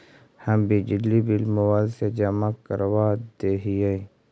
हम बिजली bill mobile से जमा करवा देहियै?